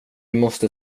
måste